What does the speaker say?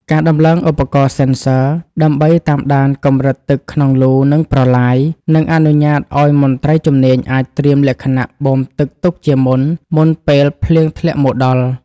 ការដំឡើងឧបករណ៍សិនស័រ (Sensors) ដើម្បីតាមដានកម្រិតទឹកក្នុងលូ និងប្រឡាយ នឹងអនុញ្ញាតឱ្យមន្ត្រីជំនាញអាចត្រៀមលក្ខណៈបូមទឹកទុកជាមុន មុនពេលភ្លៀងធ្លាក់មកដល់។